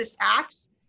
acts